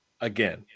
Again